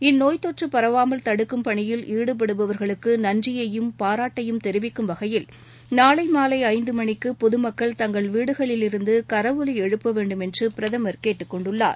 இந்நோய்த் தொற்றபரவாமல் தடுக்கும் பணியில் ஈடுபடுபவர்களுக்குநன்றியையும் பாராட்டையும் தெரிவிக்கும் வகையில் நாளைமாலைஐந்துமணிக்குபொதுமக்கள் தங்கள் வீடுகளிலிருந்துகரவொலிஎழுப்பவேண்டும் என்றுபிரதமர் கேட்டுக் கொண்டுள்ளார்